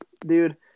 dude